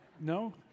No